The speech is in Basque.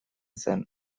zen